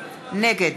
נגד